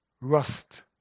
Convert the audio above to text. rust